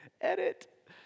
edit